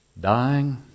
dying